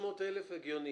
300,000 הגיוני.